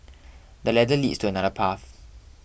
the ladder leads to another path